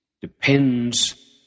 depends